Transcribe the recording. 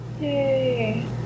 Yay